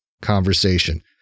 conversation